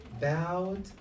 bowed